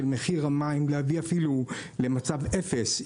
להביא את מחיר המים אפילו למצב אפס,